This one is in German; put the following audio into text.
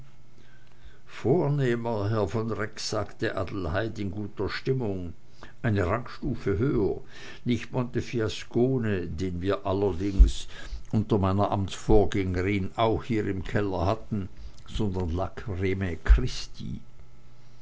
vornehmer herr von rex sagte adelheid in guter stimmung eine rangstufe höher nicht montefiascone den wir allerdings unter meiner amtsvorgängerin auch hier im keller hatten sondern lacrimae christi